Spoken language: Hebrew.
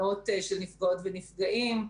מאות נפגעות ונפגעים.